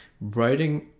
Writing